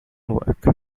work